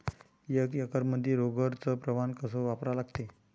एक एकरमंदी रोगर च प्रमान कस वापरा लागते?